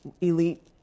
elite